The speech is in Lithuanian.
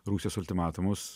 rusijos ultimatumus